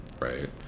right